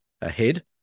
ahead